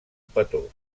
petó